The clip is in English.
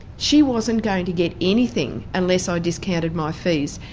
she wasn't going to get anything unless i discounted my fees.